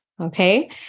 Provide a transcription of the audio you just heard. Okay